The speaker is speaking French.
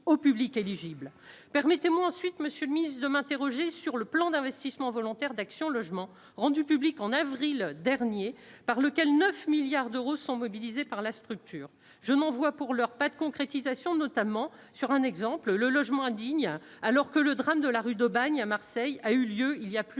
aux publics éligibles permettez-moi ensuite monsieur le Ministre de m'interroger sur le plan d'investissement volontaires d'Action Logement, rendu public en avril dernier par lequel 9 milliards d'euros sont mobilisés par la structure, je n'en vois pour heure, pas de concrétisation, notamment sur un exemple le logement indigne alors que le drame de la rue d'Aubagne à Marseille, a eu lieu il y a plus